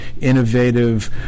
innovative